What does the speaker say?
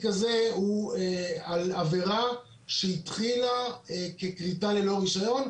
הזה הוא על עבירה שהתחילה ככריתה ללא רישיון.